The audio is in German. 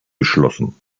geschlossen